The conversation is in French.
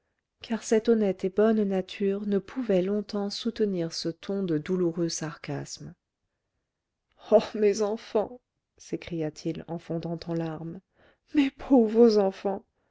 car cette honnête et bonne nature ne pouvait longtemps soutenir ce ton de douloureux sarcasme ô mes enfants s'écria-t-il en fondant en larmes mes pauvres enfants